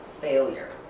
failure